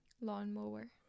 Lawnmower